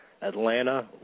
Atlanta